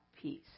peace